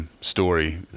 story